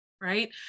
right